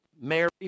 Mary